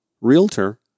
realtor